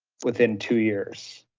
within two years.